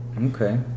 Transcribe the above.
Okay